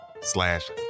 slash